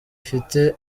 ifite